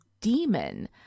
demon